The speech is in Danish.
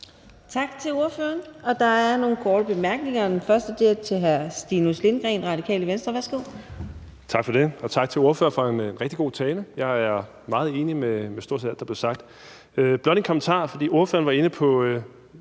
Tak til ordføreren. Der er nogle korte bemærkninger. Den første er til hr. Stinus Lindgreen, Radikale Venstre. Værsgo. Kl. 14:43 Stinus Lindgreen (RV): Tak for det, og tak til ordføreren for en rigtig god tale. Jeg er meget enig i stort set alt, der blev sagt. Dette er blot en kommentar. Ordføreren var inde på